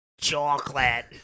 Chocolate